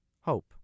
Hope